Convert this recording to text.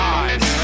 eyes